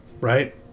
right